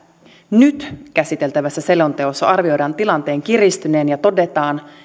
nyt käsiteltävässä selonteossa arvioidaan tilanteen kiristyneen ja todetaan